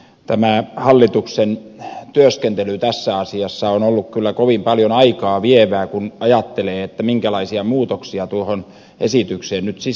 tämä hallituksen työskentely tässä asiassa on ollut kovin paljon aikaa vievää kun ajattelee minkälaisia muutoksia tuohon esitykseen nyt sisältyy